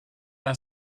our